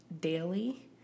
daily